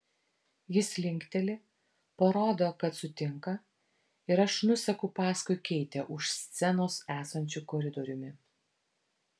jis linkteli parodo kad sutinka ir aš nuseku paskui keitę už scenos esančiu koridoriumi